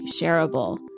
shareable